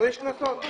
ומוטלים קנסות.